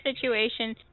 situation